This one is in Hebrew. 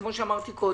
כפי שאמרתי קודם.